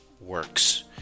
works